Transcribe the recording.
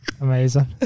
Amazing